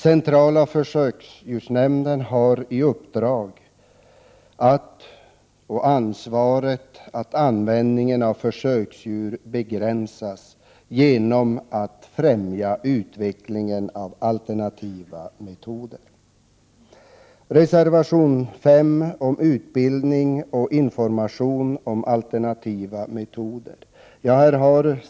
Centrala försöksdjursnämnden har ansvaret för att användningen av försöksdjur begränsas genom att främja utvecklingen av alternativa metoder. Reservation 5 berör utbildning och information om alternativa metoder.